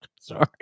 Sorry